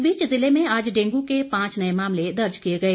इस बीच जिले में आज डेंगू के पांच नए मामले दर्ज किए गए